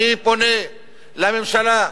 אני פונה לממשלה: